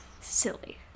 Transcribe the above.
silly